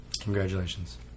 congratulations